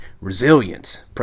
resilience